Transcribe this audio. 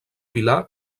pilar